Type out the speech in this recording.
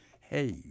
Hey